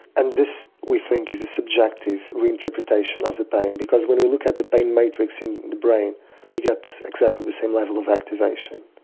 and this we think is a subjective reinterpretation of the pain, because when we look at the pain matrix in the brain we get exactly the same level of activation.